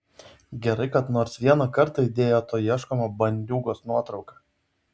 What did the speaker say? gerai kad nors vieną kartą įdėjo to ieškomo bandiūgos nuotrauką